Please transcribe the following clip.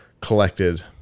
collected